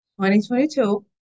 2022